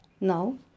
Now